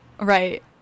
Right